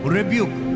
Rebuke